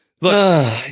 Look